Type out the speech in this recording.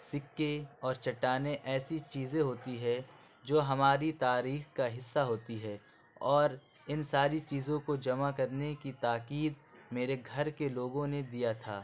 سکّے اور چٹانیں ایسی چیزیں ہوتی ہے جو ہماری تاریخ کا حصّہ ہوتی ہے اور اِن ساری چیزوں کو جمع کرنے کی تاکید میرے گھر کے لوگوں نے دیا تھا